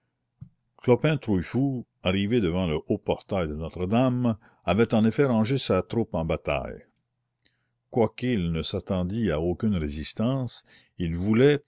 clopin trouillefou arrivé devant le haut portail de notre-dame avait en effet rangé sa troupe en bataille quoiqu'il ne s'attendît à aucune résistance il voulait